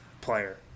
player